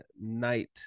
night